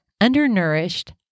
undernourished